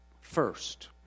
First